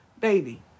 Baby